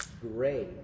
great